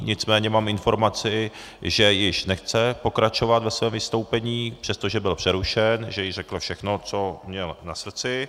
Nicméně mám informaci, že již nechce pokračovat ve svém vystoupení, přestože byl přerušen, že již řekl všechno, co měl na srdci.